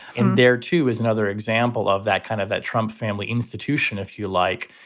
and there, too, is another example of that kind of that trump family institution, if you like,